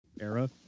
era